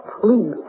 please